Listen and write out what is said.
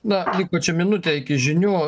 na ypač čia minutę iki žinių